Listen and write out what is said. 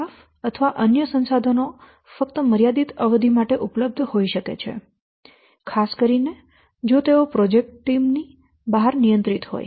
staff અથવા અન્ય સંસાધનો ફક્ત મર્યાદિત અવધિ માટે ઉપલબ્ધ હોઈ શકે છે ખાસ કરીને જો તેઓ પ્રોજેક્ટ ટીમ ની બહાર નિયંત્રિત હોય